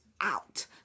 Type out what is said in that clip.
out